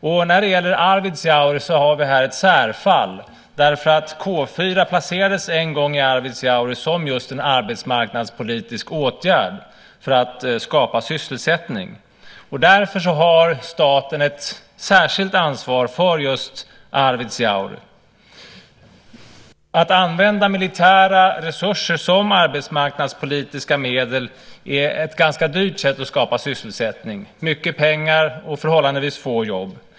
Och när det gäller Arvidsjaur har vi ett särfall därför att K 4 placerades en gång i Arvidsjaur som just en arbetsmarknadspolitisk åtgärd för att skapa sysselsättning. Därför har staten ett särskilt ansvar för just Arvidsjaur. Att använda militära resurser som arbetsmarknadspolitiska medel är ett ganska dyrt sätt att skapa sysselsättning. Det är mycket pengar och förhållandevis få jobb.